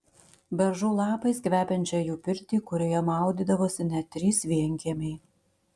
beržų lapais kvepiančią jų pirtį kurioje maudydavosi net trys vienkiemiai